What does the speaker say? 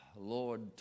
Lord